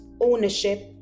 ownership